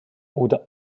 oder